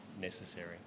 necessary